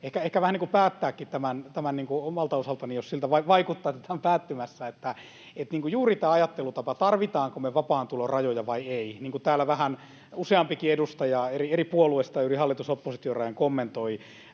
niin kuin päättääkin tämän omalta osaltani, jos siltä vaikuttaa, että tämä on päättymässä. Eli juuri tämä ajattelutapa, että tarvitaanko me vapaan tulon rajoja vai ei, niin kuin täällä vähän useampikin edustaja eri puolueista ja yli hallitus—oppositio-rajan kommentoi.